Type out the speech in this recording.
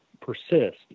persist